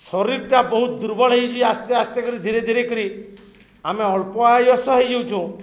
ଶରୀରଟା ବହୁତ ଦୁର୍ବଳ ହେଇଛି ଆସ୍ତେ ଆସ୍ତେ କରି ଧୀରେ ଧୀରେ କରି ଆମେ ଅଳ୍ପ ଆୟୁଷ ହୋଇଯାଉଚୁଁ